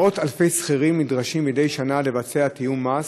מאות אלפי שכירים נדרשים מדי שנה לבצע תיאום מס